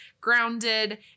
grounded